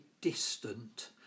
distant